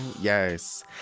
yes